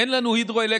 אין לנו הידרואלקטריקה,